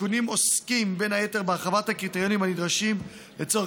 התיקונים עוסקים בין היתר בהרחבת הקריטריונים הנדרשים לצורך